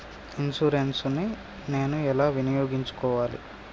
Insurance ని నేను ఎలా వినియోగించుకోవాలి?